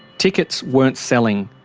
tickets weren't selling.